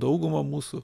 dauguma mūsų